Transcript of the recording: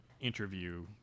interview